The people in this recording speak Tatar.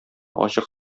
ачык